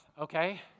Okay